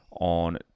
on